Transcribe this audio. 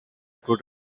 could